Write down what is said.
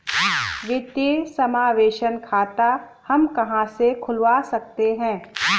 वित्तीय समावेशन खाता हम कहां से खुलवा सकते हैं?